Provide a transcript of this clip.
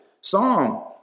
Psalm